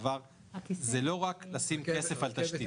זה לא רק לשים כסף על תשתית.